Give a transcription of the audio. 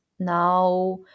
Now